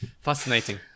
Fascinating